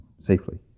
safely